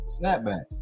Snapback